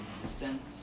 descent